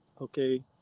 Okay